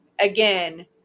again